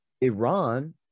Iran